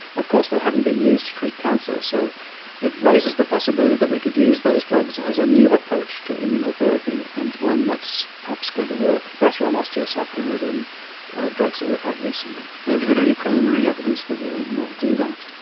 of course they hadn't been used to treat cancer, so it raises the possibility that we could use those drugs as a new approach to immunotherapy and one that is perhaps going to work better on osteosarcoma than drugs that we've had recently. and have you got any preliminary evidence that they will do that?